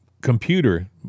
computer